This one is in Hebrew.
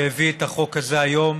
שהביא את החוק הזה היום,